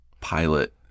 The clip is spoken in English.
pilot